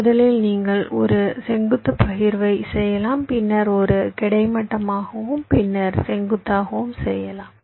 முதலில் நீங்கள் ஒரு செங்குத்துப் பகிர்வைச் செய்யலாம் பின்னர் ஒரு கிடைமட்டமாகவும் பின்னர் செங்குத்தாகவும் செய்யலாம்